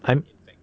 I